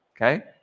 Okay